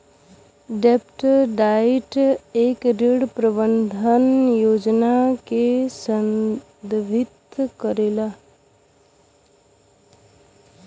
डेब्ट डाइट एक ऋण प्रबंधन योजना के संदर्भित करेला